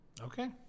Okay